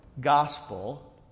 gospel